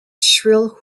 shrill